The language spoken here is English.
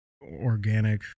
organic